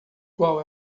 qual